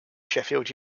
sheffield